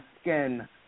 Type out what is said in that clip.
skin